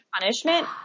punishment